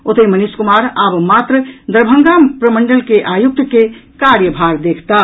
ओतहि मनीष कुमार आब मात्र दरभंगा प्रमंडल के आयुक्त के कार्यभार देखताह